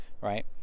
right